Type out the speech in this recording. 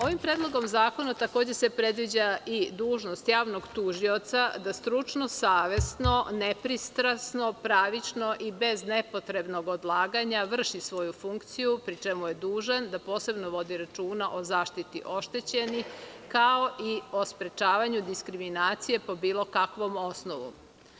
Ovim predlogom zakona takođe se predviđa i dužnost javnog tužioca da stručno, savesno, nepristrasno, pravično i bez nepotrebnog odlaganja vrši svoju funkciju, pri čemu je dužan da posebno vodi računa o zaštiti oštećenih, kao i o sprečavanju diskriminacije po bilo kakvom osnovu.